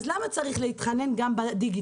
אז למה צריך להתחנן גם בדיגיטל.